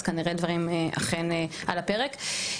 אז כנראה דברים אכן על הפרק.